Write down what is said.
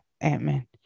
Ant-Man